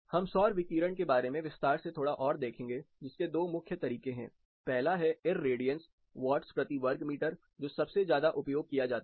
हम सौर विकिरण के बारे में विस्तार से थोड़ा और देखेंगे जिसके दो मुख्य तरीके हैं पहला है इरेडीअन्स वाट्स प्रति वर्ग मीटर जो सबसे ज्यादा उपयोग किया जाता है